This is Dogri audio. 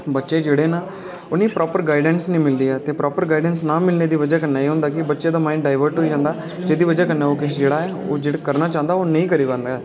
बच्चे जेह्ड़े न उनेंगी प्रोपर गाइडैंस नी मिलदी प्रोपर गाइडैंस ना मिलने दी बजह कन्नै एह् हुंदा कि माईंड डाइवर्ट होई जंदा जेह्दी बजह कन्नै ओह् किश जेह्ड़ा ऐ ओह् जेह्ड़ा करना चाह्दें न ओह् नेईं करी पादें न